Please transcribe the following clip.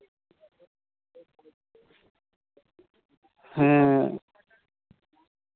ᱦᱮᱸ